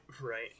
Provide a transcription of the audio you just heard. right